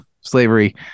slavery